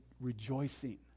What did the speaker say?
rejoicing